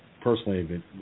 personally